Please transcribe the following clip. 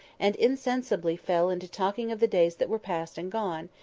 and insensibly fell into talking of the days that were past and gone,